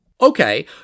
Okay